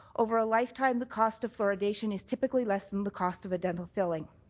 over a lifetime, the cost of fluoridation is typically less than the cost of a dental filling.